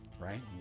Right